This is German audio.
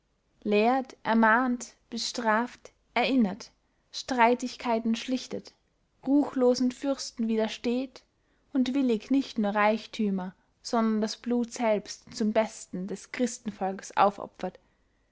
lehrt ermahnt bestraft erinnert streitigkeiten schlichtet ruchlosen fürsten widersteht und willig nicht nur reichthümer sondern das blut selbst zum besten des christenvolkes aufopfert